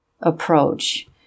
approach